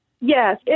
Yes